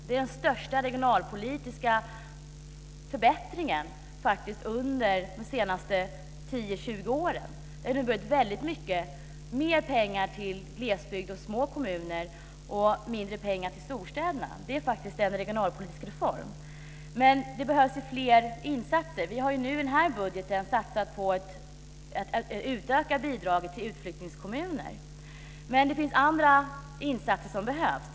Det är den största regionalpolitiska förbättringen under de senaste 10-20 åren. Den har inneburit väldigt mycket mer pengar till glesbygd och små kommuner och mindre pengar till storstäderna. Det är faktiskt en regionalpolitisk reform. Men det behövs fler insatser. Vi har i den här budgeten satsat på att öka bidraget till utflyttningskommuner, men det finns andra insatser som behövs.